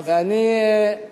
ואני, כרגיל,